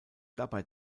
dabei